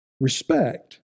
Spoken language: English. respect